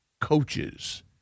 coaches